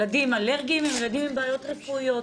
ילדים אלרגיים הם ילדים עם בעיות רפואיות,